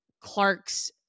Clark's